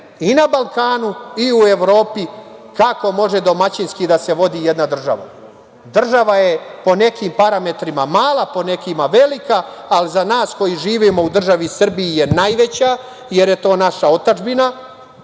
i na Balkanu i u Evropi. Kako može domaćinski da se vodi jedna država? Država je po nekim parametrima mala, po nekima velika, a za nas koji živimo u državi Srbije je najveće, jer je to naša otadžbina,